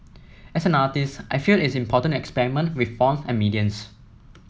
as an artist I feel it is important to experiment with forms and mediums